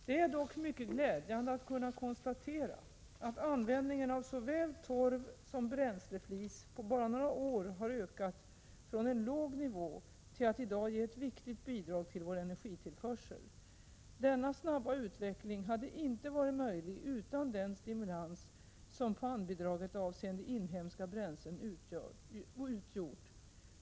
Det är dock mycket glädjande att kunna konstatera att användningen av såväl torv som bränsleflis på bara några år har ökat från en låg nivå till att i dag ge ett viktigt bidrag til vår energitillförsel. Denna snabba utveckling hade inte varit möjlig utan den stimulans som pannbidraget avseende inhemska bränslen utgjort.